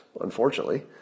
unfortunately